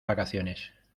vacaciones